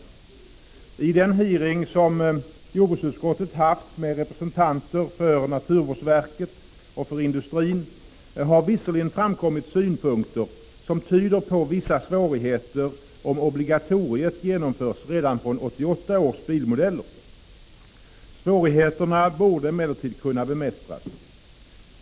Vid den utfrågning som jordbruksutskottet hade med representanter för naturvårdsverket och industrin framkom visserligen synpunkter som tyder på vissa svårigheter om obligatoriet genomförs så att det gäller redan fr.o.m. 1988 års bilmodeller. Svårigheterna borde emellertid kunna bemästras.